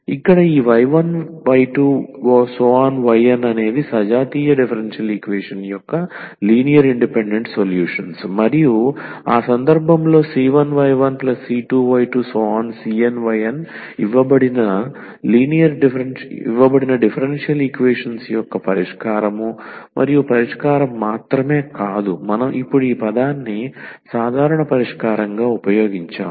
ఇక్కడ ఈ y1y2yn అనేది సజాతీయ డిఫరెన్షియల్ ఈక్వేషన్ యొక్క లినియర్ ఇండిపెండెంట్ సొల్యూషన్స్ మరియు ఆ సందర్భంలో c1y1c2y2cnyn ఇవ్వబడిన డిఫరెన్షియల్ ఈక్వేషన్ యొక్క పరిష్కారం మరియు పరిష్కారం మాత్రమే కాదు మనం ఇప్పుడు ఈ పదాన్ని సాధారణ పరిష్కారంగా ఉపయోగించాము